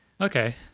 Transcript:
Okay